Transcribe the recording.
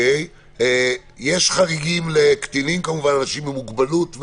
יש חריגים לקטינים, אנשים עם מוגבלות?